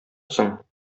соң